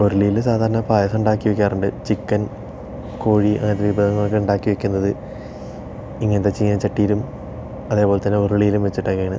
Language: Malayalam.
ഉരുളിയിൽ സാധാരണ പായസം ഉണ്ടാക്കി വയ്ക്കാറുണ്ട് ചിക്കൻ കോഴി അങ്ങനത്തെ വിഭവങ്ങളൊക്കെ ഉണ്ടാക്കി വെക്കുന്നത് ഇങ്ങനത്തെ ചീന ചട്ടിയിലും അതേപോലെ തന്നെ ഉരുളിയിലും വെച്ചിട്ടൊക്കെയാണ്